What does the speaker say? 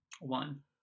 one